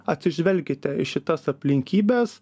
atsižvelkite į šitas aplinkybes